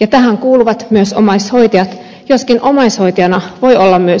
ja tähän kuuluvat myös omaishoitajat joskin omaishoitajana voi olla myös nuori ihminen